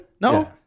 No